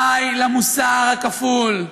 די למוסר הכפול.